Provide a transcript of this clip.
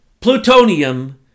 plutonium